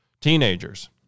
teenagers